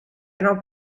enam